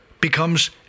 becomes